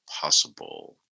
possible